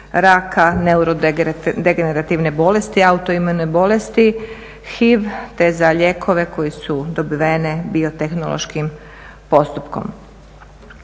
raka, neurodegerativne bolesti, … bolesti, HIV te za lijekove koji su dobiveni biotehnološkim postupkom.